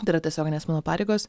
tai yra tiesioginės mano pareigos